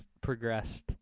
progressed